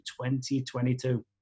2022